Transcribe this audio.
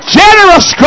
generous